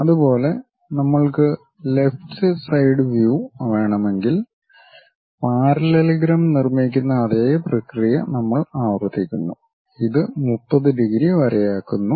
അതുപോലെ നമ്മൾക്ക് left side view വേണമെങ്കിൽ പാരലലഗ്രം നിർമ്മിക്കുന്ന അതേ പ്രക്രിയ നമ്മൾ ആവർത്തിക്കുന്നു ഇത് 30 ഡിഗ്രി വരയാക്കുന്നു